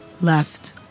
left